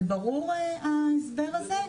זה ברור ההסבר הזה?